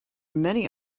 many